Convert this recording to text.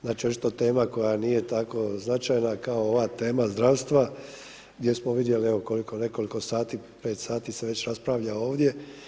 Znači očito tema koja nije tako značajna kao ova tema zdravstva gdje smo vidjeli evo u nekoliko sati, pet sati se već raspravlja ovdje.